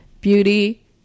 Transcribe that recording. beauty